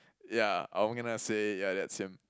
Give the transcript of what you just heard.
yeah I'm gonna say yeah that's him